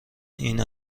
این